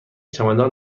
چمدان